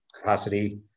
capacity